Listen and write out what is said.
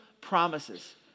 promises